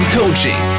coaching